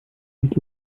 nicht